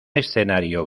escenario